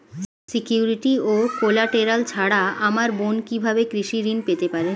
Security ও collateral ছাড়া আমার বোন কিভাবে কৃষি ঋন পেতে পারে?